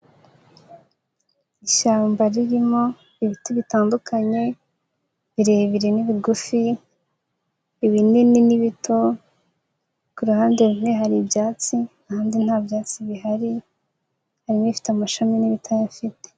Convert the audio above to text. Ishyamba ririmo ibiti bitandukanye birebire n'ibigufi, ibinini n'ibito, ku ruhande rumwe hari ibyatsi ahandi nta byatsi bihari, hari ibifite amashami n'ibitayafite.